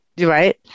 right